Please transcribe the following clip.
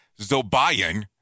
Zobayan